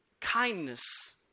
kindness